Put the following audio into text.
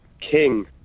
King